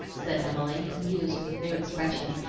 said emily, amused with the new expression,